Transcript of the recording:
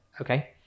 Okay